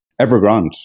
Evergrande